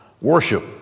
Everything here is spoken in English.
worship